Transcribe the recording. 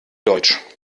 deutsch